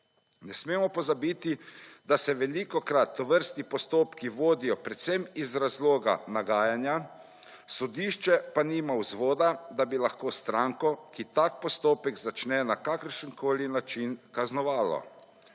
Ne smemo pozabiti, da se velikokrat tovrstni postopki vodijo predvsem iz razloga nagajanja, sodišče pa nima vzvoda, da bi lahko stranko, ki tak postopek začne na kakršenkoli način kaznovalo.